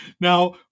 Now